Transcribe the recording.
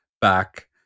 back